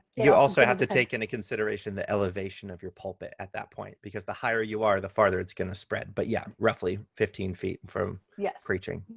you also have to take into consideration the elevation of your pulpit at that point because the higher you are, the farther it's going to spread. but yeah, roughly fifteen feet from yeah preaching.